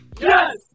Yes